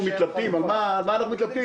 על מה אנחנו מתלבטים?